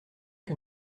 que